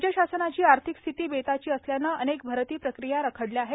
राज्य शासनाची आर्थिक स्थिती बेताची असल्यानं अनेक भरती प्रक्रिया रखडल्या आहेत